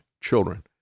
children